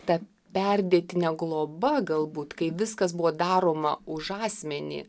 ta perdėtinė globa galbūt kai viskas buvo daroma už asmenį